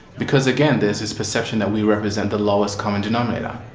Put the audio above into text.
because again, there's this perception that we represent the lowest common denominator.